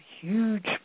Huge